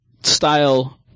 style